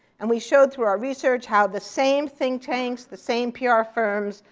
and we showed through our research how the same think tanks, the same pr firms,